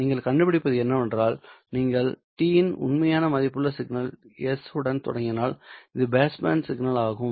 நீங்கள் கண்டுபிடிப்பது என்னவென்றால் நீங்கள் t இன் உண்மையான மதிப்புள்ள சிக்னல் s உடன் தொடங்கினால் அது பாஸ் பேண்ட் சிக்னல் ஆகும்